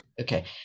Okay